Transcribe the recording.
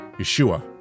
Yeshua